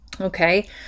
okay